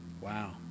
Wow